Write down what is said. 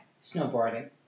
Snowboarding